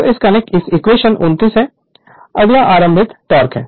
तो यह इक्वेशन 29 है अगला आरंभिक टोक़ है